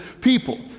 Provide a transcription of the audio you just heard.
people